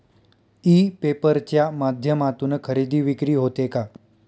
E paper च्या माध्यमातून खरेदी विक्री होते का?